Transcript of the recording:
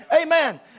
Amen